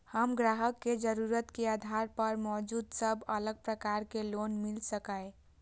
हम ग्राहक के जरुरत के आधार पर मौजूद सब अलग प्रकार के लोन मिल सकये?